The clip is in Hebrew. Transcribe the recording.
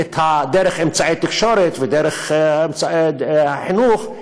דרך אמצעי התקשורת ודרך אמצעי החינוך,